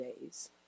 days